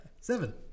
seven